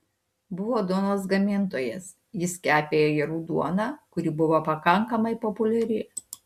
buvo duonos gamintojas jis kepė ajerų duoną kuri buvo pakankamai populiari